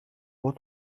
what